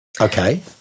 Okay